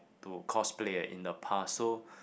to cosplay in the past so